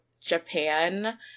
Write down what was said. Japan